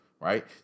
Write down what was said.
Right